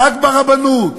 רק ברבנות.